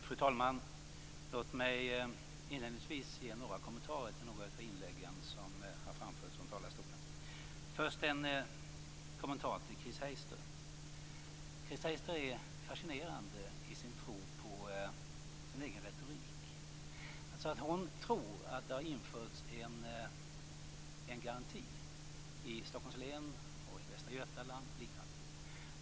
Fru talman! Låt mig inledningsvis ge några kommentarer till några av inläggen som har framförts från talarstolen. Först en kommentar till Chris Heister. Chris Heister är fascinerande i sin tro på sin egen retorik. Hon tror att det har införts en garanti i Stockholms län, i Västra Götalands län och på andra håll.